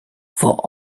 for